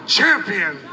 Champion